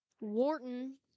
Wharton